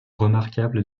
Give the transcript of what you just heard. remarquable